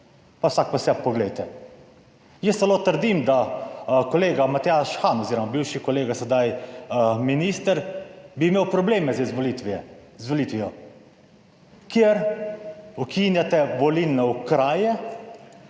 pa vsak pri sebi. Poglejte, jaz celo trdim, da kolega Matjaž Han oziroma bivši kolega sedaj minister bi imel probleme z izvolitvijo, kjer ukinjate volilne okraje